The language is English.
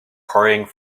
hurrying